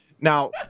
Now